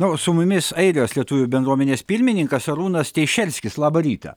na o su mumis airijos lietuvių bendruomenės pirmininkas arūnas teišerskis labą rytą